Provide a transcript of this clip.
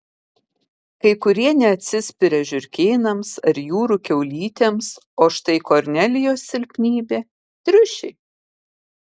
kai kurie neatsispiria žiurkėnams ar jūrų kiaulytėms o štai kornelijos silpnybė triušiai